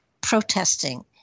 protesting